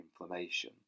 inflammation